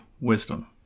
wisdom